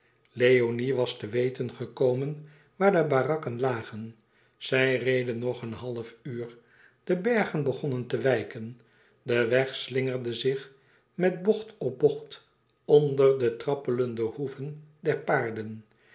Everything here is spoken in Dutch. leoni was te weten gekomen waar de barakken lagen zij reden nog een half uur de bergen schenen te wijken de weg slingerde zich met bocht op bocht onder de trappelende hoeven der paarden